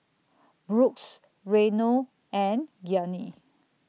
Brooks Reino and Gianni